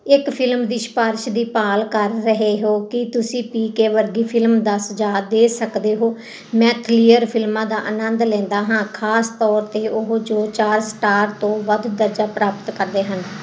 ਇੱਕ ਫਿਲਮ ਦੀ ਸਿਫਾਰਸ਼ ਦੀ ਭਾਲ ਕਰ ਰਹੇ ਹੋ ਕੀ ਤੁਸੀਂ ਪੀਕੇ ਵਰਗੀ ਫਿਲਮ ਦਾ ਸੁਝਾਅ ਦੇ ਸਕਦੇ ਹੋ ਮੈਂ ਕਲੀਅਰ ਫਿਲਮਾਂ ਦਾ ਅਨੰਦ ਲੈਂਦਾ ਹਾਂ ਖ਼ਾਸ ਤੌਰ 'ਤੇ ਉਹ ਜੋ ਚਾਰ ਸਟਾਰ ਤੋਂ ਵੱਧ ਦਰਜਾ ਪ੍ਰਾਪਤ ਕਰਦੇ ਹਨ